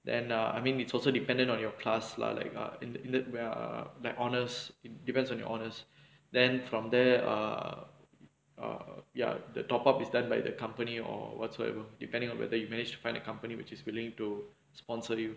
then err I mean it's also dependent on your class lah like இந்த:intha like honours it depends on your honours then after that err ya the top up is done by the company or whatsoever depending on whether you manage to find the company which is willing to sponsor you